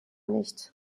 nicht